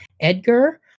Edgar